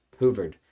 hoovered